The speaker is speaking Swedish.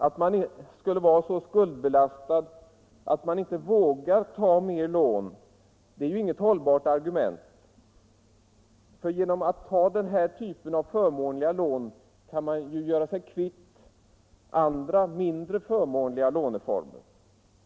Att de skulle vara så skuldbelastade att de inte vågar ta flera lån är ju inget hållbart argument, eftersom de genom att ta förmånliga lån av den här typen kan göra sig kvitt andra, mindre förmånliga låneformer.